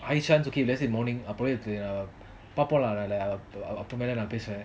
high chance okay let's say morning அப்புறம் பாப்போம்ல அப்ரமேடு நான் பேசுறான்:apram paapomla aprametu naan peasuran